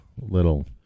little